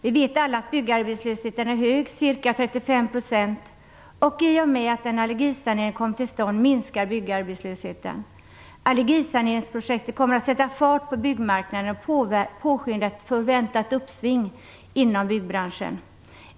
Vi vet alla att byggarbetslösheten är hög - ca 35 %. I och med att en allergisanering kommer till stånd minskar byggarbetslösheten. Allergisaneringsprojektet kommer att sätta fart på byggmarknaden och påskynda ett förväntat uppsving inom byggbranschen.